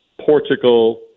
Portugal